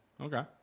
Okay